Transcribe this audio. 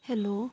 hello